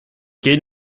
gehen